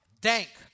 dank